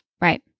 Right